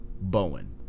Bowen